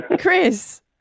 Chris